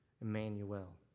Emmanuel